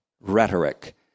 rhetoric